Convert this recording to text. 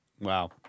Wow